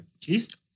Cheese